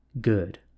good